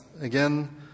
again